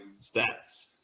stats